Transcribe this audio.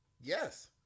Yes